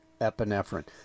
epinephrine